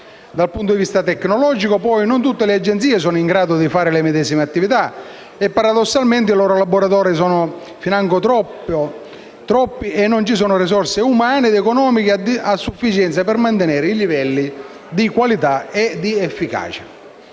Dal punto di vista tecnologico, poi, non tutte le agenzie sono in grado di svolgere le medesime attività e paradossalmente i loro laboratori sono finanche troppi e non ci sono risorse umane ed economiche a sufficienza per mantenere i livelli di qualità e di efficacia.